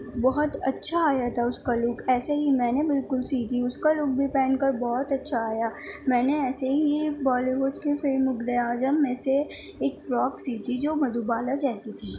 بہت اچھا آیا تھا اُس کا لُک ایسے ہی میں نے بالکل سی تھی اُس کا لُک بھی پہن کر بہت اچھا آیا میں نے ایسے ہی بالی وُڈ کی فِلم مغلِ اعظم میں سے ایک فروک سی تھی جو مدھو بالا جیسی تھی